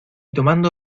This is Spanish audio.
tomando